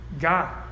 God